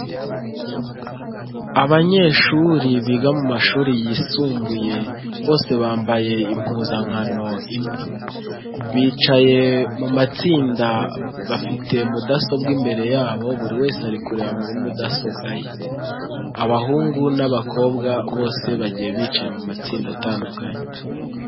Abanyeshuri biga mu mashuri yisumbuye bose bambaye impuzankano imwe. Bicaye mu matsinda bafite mudasobwa imbere yabo buri wese ari kureba muri mudasobwa ye, abahungu n'abakobwa bose bagiye bicaye mu matsinda atandukanye.